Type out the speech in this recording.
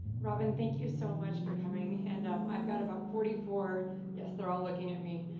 robin, thank you so much for coming. and i've got about forty four yes, they're all looking at me,